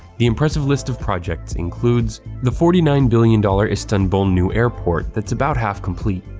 the impressive list of projects includes the forty nine billion dollars istanbul new airport that's about half complete.